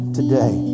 today